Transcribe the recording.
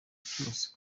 cyose